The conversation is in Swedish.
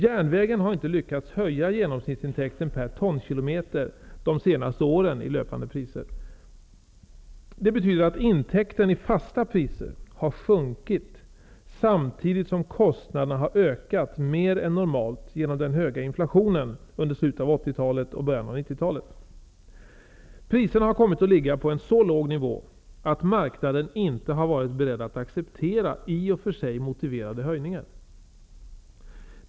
Järnvägen har inte lyckats höja genomsnittsintäkten per tonkilometer under de senaste åren i löpande priser. Det betyder att intäkterna i fasta priser har sjunkit samtidigt som kostnaderna har ökat mer än normalt genom den höga inflationen under slutet av 80-talet och början av 90-talet. Priserna har kommit att ligga på en så låg nivå att marknaden inte har varit beredd att acceptera i och för sig motiverade höjningar.